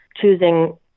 choosing